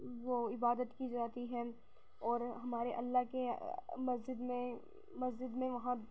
وہ عبادت کی جاتی ہے اور ہمارے اللہ کے مسجد میں مسجد میں وہاں